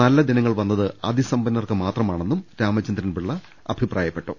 നല്ലദിനങ്ങൾ വന്നത് അതിസമ്പന്നർക്ക് മാത്രമാണെന്നും രാമചന്ദ്രൻപിള്ള അഭിപ്രായപ്പെട്ടു